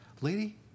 lady